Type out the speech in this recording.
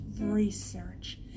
research